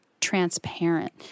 transparent